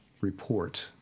report